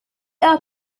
are